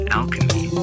alchemy